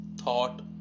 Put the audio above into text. thought